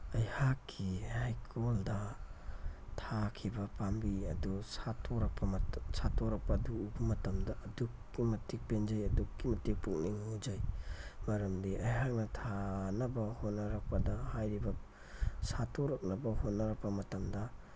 ꯑꯩꯍꯥꯛꯀꯤ ꯍꯩꯀꯣꯜꯗ ꯊꯥꯈꯤꯕ ꯄꯥꯝꯕꯤ ꯑꯗꯨ ꯁꯥꯠꯇꯣꯔꯛꯄ ꯁꯥꯠꯇꯣꯔꯛꯄ ꯑꯗꯨ ꯎꯕ ꯃꯇꯝꯗ ꯑꯗꯨꯛꯀꯤ ꯃꯇꯤꯛ ꯄꯦꯟꯖꯩ ꯑꯗꯨꯛꯀꯤ ꯃꯇꯤꯛ ꯄꯨꯛꯅꯤꯡ ꯍꯨꯖꯩ ꯃꯔꯝꯗꯤ ꯑꯩꯍꯥꯛꯅ ꯊꯥꯅꯕ ꯍꯣꯠꯅꯔꯛꯄꯗ ꯍꯥꯏꯔꯤꯕ ꯁꯥꯠꯇꯣꯔꯛꯅꯕ ꯍꯣꯠꯅꯔꯛꯄ ꯃꯇꯝꯗ